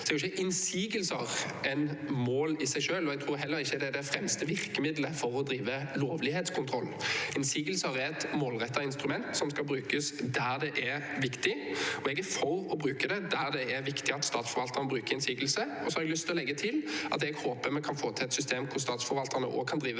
på en god måte. Innsigelser er ikke et mål i seg selv, og jeg tror heller ikke det er det fremste virkemiddelet for å drive lovlighetskontroll. Innsigelser er et målrettet instrument som skal brukes der det er viktig, og jeg er for å bruke det der det er viktig at statsforvalteren bruker innsigelse. Jeg har også lyst til å legge til at jeg håper vi kan få til et system der statsforvalterne kan drive